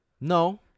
no